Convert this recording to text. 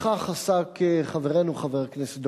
בכך עסק חברנו חבר הכנסת,